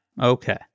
Okay